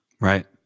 Right